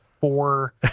four